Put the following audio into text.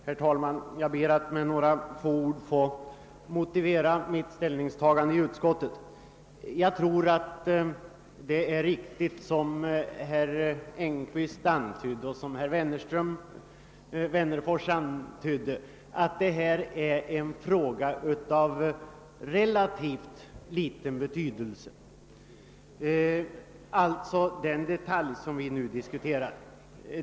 Herr talman! Jag ber att med några ord få motivera mitt ställningstagande när denna fråga behandlades i utskottet. Jag tror det är riktigt som herr Engkvist och herr Wennerfors framhöll, att den detaljfråga vi nu diskuterar är av relativt liten betydelse.